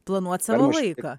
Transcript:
planuot savo laiką